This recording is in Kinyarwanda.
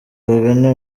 bagana